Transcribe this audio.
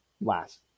last